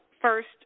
First